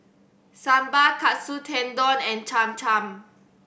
Sambar Katsu Tendon and Cham Cham